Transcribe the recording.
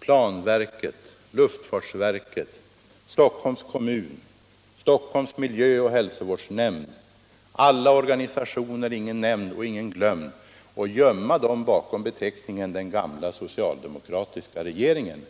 planverket, luftfartsverket, Stockholms kommun, Stockholms miljö och hälsovårdsnämnd och många andra organisationer och gömma dessa bakom beteckningen ”den gamla socialdemokratiska regeringen”.